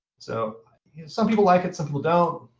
so some people like it, some people don't.